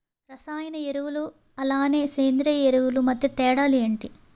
రసాయన ఎరువులు అలానే సేంద్రీయ ఎరువులు మధ్య తేడాలు ఏంటి?